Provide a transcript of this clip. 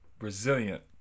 resilient